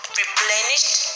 replenished